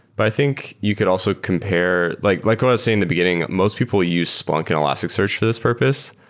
but i think you could also compare like what like ah i say in the beginning, most people use splunk and elasticsearch for this purpose.